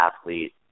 athlete